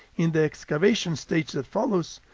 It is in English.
in the excavation stage that follows,